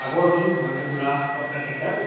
আগৰজন মানে বুঢ়া সত্ৰাধিকাৰ